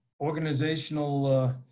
organizational –